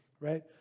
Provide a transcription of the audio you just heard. Right